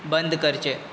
बंद करचें